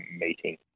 meeting